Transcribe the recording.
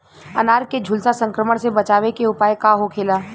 अनार के झुलसा संक्रमण से बचावे के उपाय का होखेला?